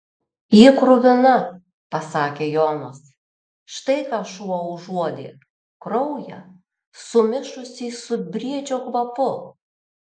ji kruvina pasakė jonas štai ką šuo užuodė kraują sumišusį su briedžio kvapu